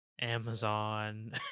amazon